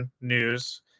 news